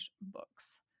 books